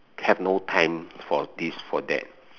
have no time for this for that